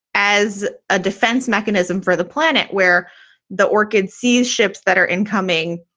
as a defense mechanism for the planet where the orchid sees ships that are incoming,